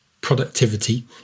productivity